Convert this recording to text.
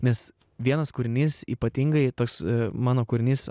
nes vienas kūrinys ypatingai tas mano kūrinys